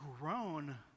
grown